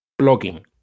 Blogging